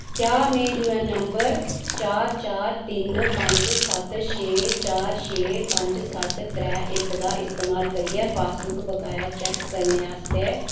क्या में UAN number चार चार तिन्न पंज सत्त छे चार छे पंज सत्त त्रै इक दा इस्तेमाल करियै पासबुक बकाया चैक्क करने आस्तै